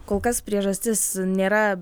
kol kas priežastis nėra